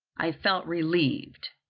i felt relieved,